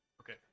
Okay